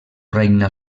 reina